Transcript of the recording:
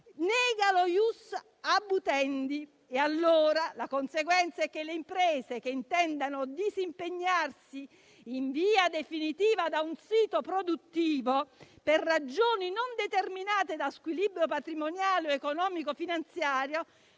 nega lo *ius abutendi*. La conseguenza è che le imprese che intendono disimpegnarsi in via definitiva da un sito produttivo per ragioni non determinate da squilibrio patrimoniale, economico o finanziario